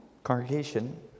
congregation